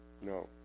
No